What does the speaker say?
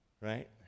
right